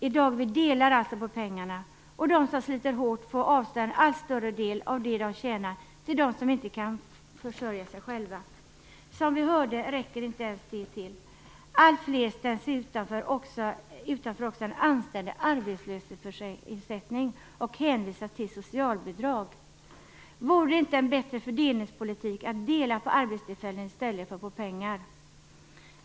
I dag delar vi alltså på pengarna, och de som sliter hårt får avstå en allt större del av det de tjänar till dem som inte kan försörja sig själva. Som vi hörde räcker inte ens det till. Alltfler ställs också utanför en anständig arbetslöshetsersättning och hänvisas till socialbidrag. Vore det inte en bättre fördelningspolitik att dela på arbetstillfällen i stället för på pengar?